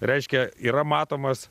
reiškia yra matomas